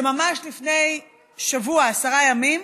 שממש לפני שבוע, עשרה ימים,